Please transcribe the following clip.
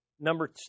Number